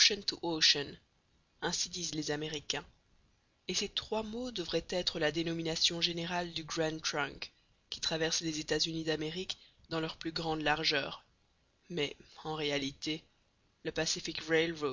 ainsi disent les américains et ces trois mots devraient être la dénomination générale du grand trunk qui traverse les états-unis d'amérique dans leur plus grande largeur mais en réalité le pacific